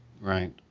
Right